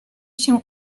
się